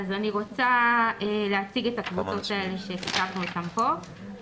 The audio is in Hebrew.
אז אני רוצה להציג את הקבוצות האלה שסיכמנו איתם פה.